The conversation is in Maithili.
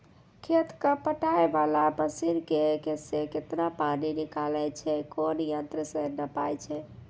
खेत कऽ पटाय वाला मसीन से केतना पानी निकलैय छै कोन यंत्र से नपाय छै